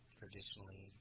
traditionally